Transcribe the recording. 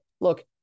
look